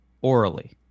orally